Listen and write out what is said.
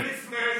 הרבה לפני,